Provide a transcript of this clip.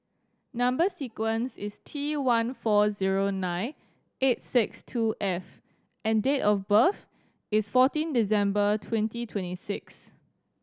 number sequence is T one four zero nine eight six two F and date of birth is fourteen December twenty twenty six